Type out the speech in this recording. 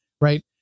Right